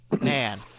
man